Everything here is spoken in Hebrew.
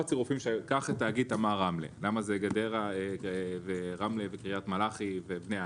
קח את תאגיד "תמר" רמלה למה זה גדרה ורמלה וקרית מלאכי ובני עיש?